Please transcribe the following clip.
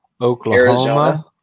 Oklahoma